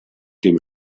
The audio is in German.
dem